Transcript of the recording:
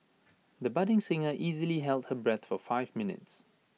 the budding singer easily held her breath for five minutes